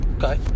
Okay